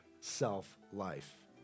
self-life